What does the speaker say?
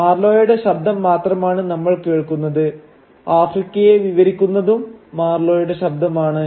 മാർലോയുടെ ശബ്ദം മാത്രമാണ് നമ്മൾ കേൾക്കുന്നത് ആഫ്രിക്കയെ വിവരിക്കുന്നതും മാർലോയുടെ ശബ്ദമാണ്